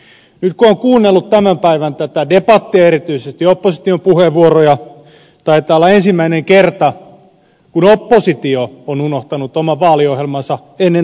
nyt kun on kuunnellut tämän päivän tätä debattia erityisesti opposition puheenvuoroja taitaa olla ensimmäinen kerta kun oppositio on unohtanut oman vaaliohjelmansa ennen hallituspuolueita